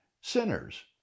sinners